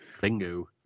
Bingo